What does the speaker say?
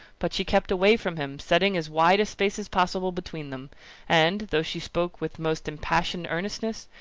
but she kept away from him, setting as wide a space as possible between them and, though she spoke with most impassioned earnestness,